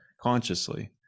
consciously